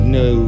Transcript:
no